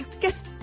guess